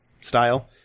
style